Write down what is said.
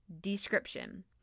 description